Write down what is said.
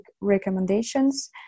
recommendations